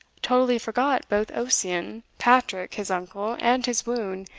totally forgot both ossian, patrick, his uncle, and his wound,